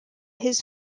his